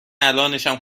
الانشم